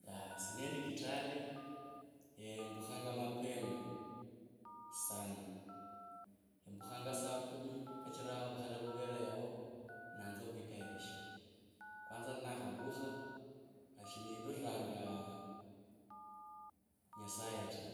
Itaas nendi kitale mbukhanga mapema sana mbukhanga saa kumi kachira vukhala vuvere yao nanze khwitayarisha. Kwanza ninakhavukha shiniviriranga nyasaye ta